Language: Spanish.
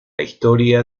historia